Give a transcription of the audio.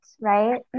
right